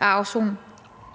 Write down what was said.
afsone? Altså, jeg synes,